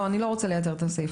אני לא רוצה לייתר את הסעיף,